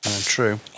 True